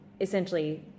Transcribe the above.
essentially